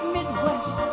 Midwest